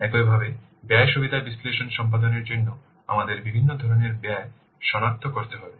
সুতরাং এইভাবে ব্যয় সুবিধা বিশ্লেষণ সম্পাদনের জন্য আমাদের বিভিন্ন ধরণের ব্যয় সনাক্ত করতে হবে